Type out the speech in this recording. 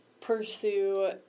pursue